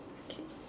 okay